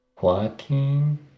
walking